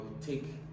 take